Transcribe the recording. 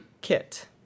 kit